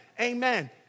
Amen